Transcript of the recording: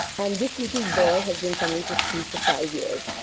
and this little boy has been coming to school for five years.